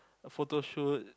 photoshoot